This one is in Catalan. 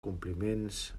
compliments